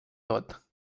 tot